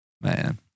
Man